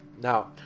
Now